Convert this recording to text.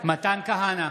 מתן כהנא,